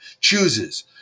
chooses